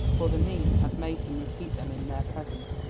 for the niece had made him repeat them in their presence.